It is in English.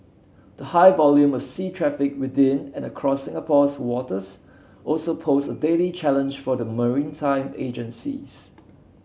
the high volume of sea traffic within and across Singapore's waters also pose a daily challenge for the maritime agencies